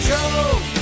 Joe